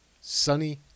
sunny